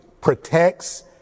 protects